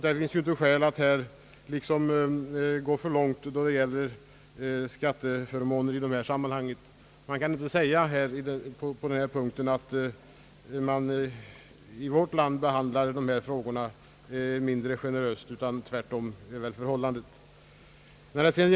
Det finns inte skäl att gå för långt när det gäller skatteförmåner i detta sammanhang. Man kan inte säga att vi behandlar dessa frågor mindre generöst än andra, utan förhållandet är det motsatta.